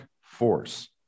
force